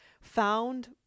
found